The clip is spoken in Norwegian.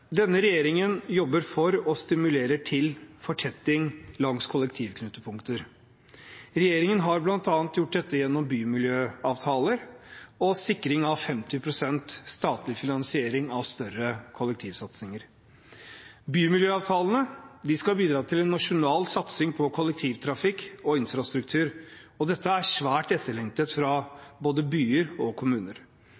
Denne regjeringen jobber for og stimulerer til fortetting langs kollektivknutepunkter. Regjeringen har bl.a. gjort dette gjennom bymiljøavtaler og sikring av 50 pst. statlig finansiering av større kollektivsatsinger. Bymiljøavtalene skal bidra til en nasjonal satsing på kollektivtrafikk og infrastruktur, og dette er svært etterlengtet fra